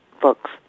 books